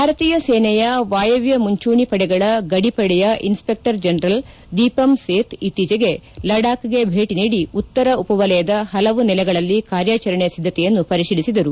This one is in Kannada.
ಭಾರತೀಯ ಸೇನೆಯ ವಾಯವ್ಲ ಮುಂಚೂಣಿ ಪಡೆಗಳ ಗಡಿ ಪಡೆಯ ಇನ್ಸ್ಪೆಕ್ಷರ್ ಜನರಲ್ ದೀಪಂ ಸೇತ್ ಇತ್ತೀಚೆಗೆ ಲಡಾಕ್ಗೆ ಭೇಟ ನೀಡಿ ಉತ್ತರ ಉಪವಲಯದ ಪಲವು ನೆಲೆಗಳಲ್ಲಿ ಕಾರ್ಯಾಚರಣೆ ಸಿದ್ದತೆಯನ್ನು ಪರಿತೀಲಿಸಿದರು